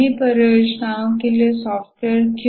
सभी परियोजनाओं के लिए एक सॉफ्टवेयर क्यों